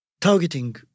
targeting